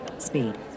Speed